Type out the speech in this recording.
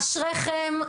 אשריכם,